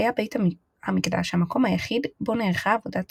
היה בית המקדש המקום היחיד בו נערכה עבודת